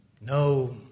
No